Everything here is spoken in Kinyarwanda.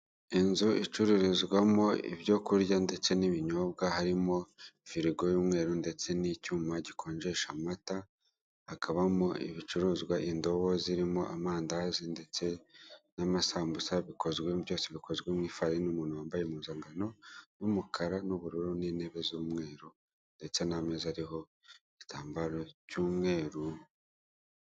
Inzu icururizwamo ibyo kurya ndetse n'ibinyobwa, harimo firigo y'umweru ndetse n'icyuma gikonjesha amata. Hakabamo ibicuruzwa indobo zirimo amandazi ndetse n'amasambusa byose bikozwe mu ifarini n'umuntu wambaye impuzangano y'umukara n'ubururu n'intebe z'umweru ndetse n'ameza ariho igitambaro cy'umweru.